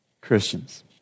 Christians